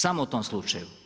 Samo u tom slučaju.